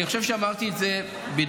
אני חושב שאמרתי את זה בדבריי,